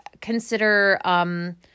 consider